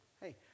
hey